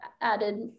added